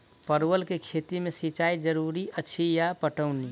परवल केँ खेती मे सिंचाई जरूरी अछि या पटौनी?